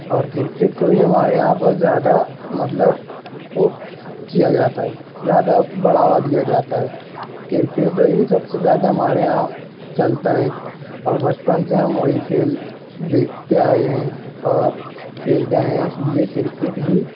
اور کرکٹ کو ہی ہمارے یہاں پر زیادہ مطلب او کیا جاتا ہے زیادہ بڑھاوا دیا جاتا ہے کرکٹ ہی سب سے زیادہ ہمارے یہاں چلتا ہے اور بچپن سے ہم وہی کھیل دیکھتے آئے ہیں اور کھیلتے آئے ہیں اس لیے کرکٹ ہی